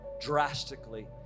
Drastically